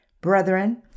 Brethren